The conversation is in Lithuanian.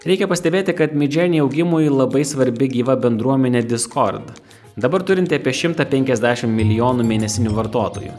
reikia pastebėti kad midjourney augimui labai svarbi gyva bendruomenė discord dabar turinti apie šimtą penkiasdešimt milijonų mėnesinių vartotojų